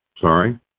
sorry